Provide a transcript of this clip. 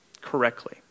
correctly